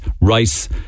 rice